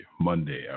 Monday